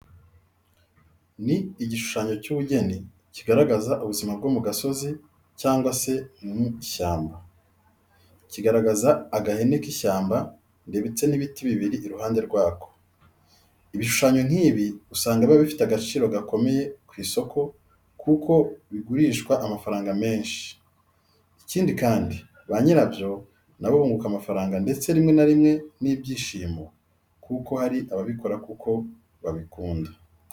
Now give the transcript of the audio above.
Ni igishushanyo cy'ubugeni kigaragaza ubuzima bwo mu gasozi cyangwa se mu ishyamba. Kiragaragaza agahene k'ishyamba ndetse n'ibiti biri iruhande rwako. Ibishushanyo nk'ibi usanga biba bifite agaciro gakomeye ku isoko kuko bigurishwa amafaranga menshi. Ikindi kandi, ba nyirabyo na bo bunguka amafaranga ndetse rimwe na rimwe n'ibyishimo kuko hari ababikora kuko babikunda.